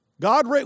God